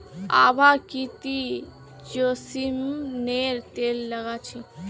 आभा की ती जैस्मिनेर तेल लगा छि